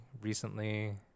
recently